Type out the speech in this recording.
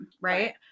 Right